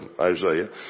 Isaiah